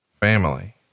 family